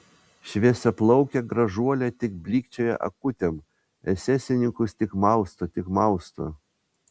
šviesiaplaukė gražuolė tik blykčioja akutėm esesininkus tik mausto tik mausto